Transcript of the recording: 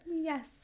Yes